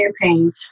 campaign